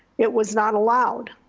it was not allowed.